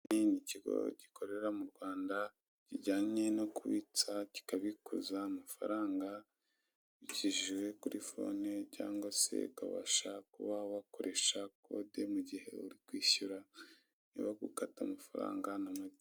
Iki ni ikigo gukorera mu Rwanda kijyanye no kubitsa kikabihuza amafaranga ubikije kuri fone cyangwa se kuba wakoresha kode mu gihe uri kwishyura ntibagukate amafaranga na make.